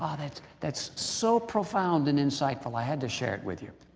ah that's that's so profound and insightful, i had to share it with you.